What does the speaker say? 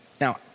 Now